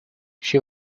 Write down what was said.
she